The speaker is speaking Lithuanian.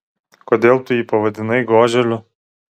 kodėl tu jį pavadinai goželiu